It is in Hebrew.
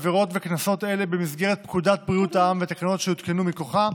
עבירות וקנסות אלה במסגרת פקודת בריאות העם ותקנות שיותקנו מכוחה,